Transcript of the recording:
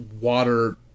water